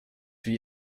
wie